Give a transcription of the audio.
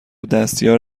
دستیار